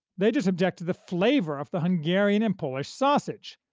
they just object to the flavor of the hungarian and polish sausage,